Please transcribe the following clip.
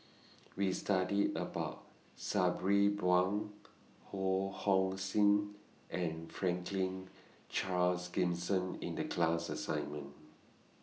We studied about Sabri Buang Ho Hong Sing and Franklin Charles Gimson in The class assignment